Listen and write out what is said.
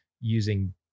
using